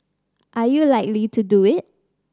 are you likely to do it